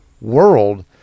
world